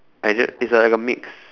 I ju~ it's a like a mix